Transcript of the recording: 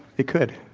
it could.